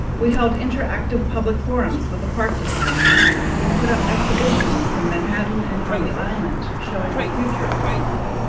we held interactive public forums with the park designers. we put up exhibitions in manhattan and on the island showing the future of the park.